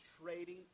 trading